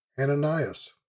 Ananias